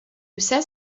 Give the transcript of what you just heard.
says